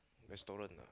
restaurant ah